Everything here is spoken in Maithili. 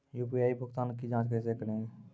यु.पी.आई भुगतान की जाँच कैसे करेंगे?